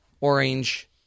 Orange